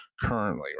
currently